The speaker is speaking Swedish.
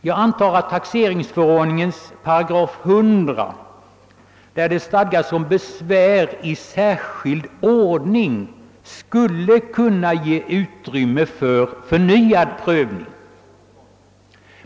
Jag anser att taxeringsförordningens 100 §, där det stadgas om besvär i särskild ordning, skulle kunna ge utrymme för förnyad prövning.